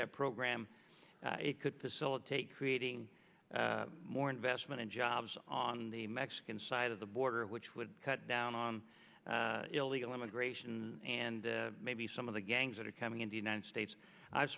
that program it could facilitate creating more investment and jobs on the mexican side of the border which would cut down on illegal immigration and maybe some of the gangs that are coming in the united states i